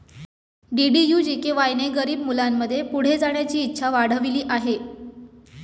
DDU GKY ने गरीब मुलांमध्ये पुढे जाण्याची इच्छा वाढविली आहे